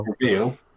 reveal